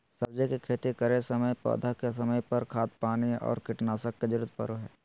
सब्जी के खेती करै समय पौधा के समय पर, खाद पानी और कीटनाशक के जरूरत परो हइ